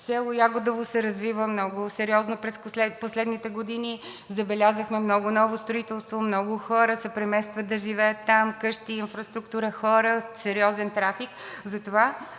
Село Ягодово се развива много сериозно през последните години – забелязахме много ново строителство, много хора се преместват да живеят там, къщи, инфраструктура, хора, сериозен трафик.